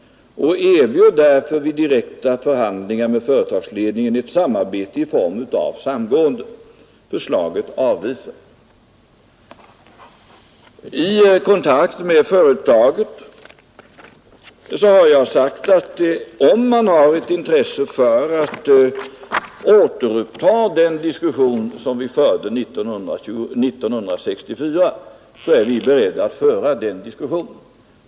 Vi erbjöd därför vid direkta förhandlingar med företagsledningen ett samarbete i form av samgående.” Förslaget avvisades. Vid kontakt med företaget har jag sagt att om man har ett intresse av att återuppta den diskussion som vi förde 1964 är vi beredda att föra den.